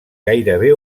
gairebé